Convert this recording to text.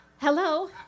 Hello